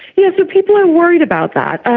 you know so people are worried about that.